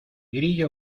grillo